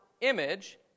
image